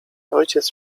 ojciec